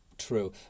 true